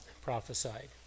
prophesied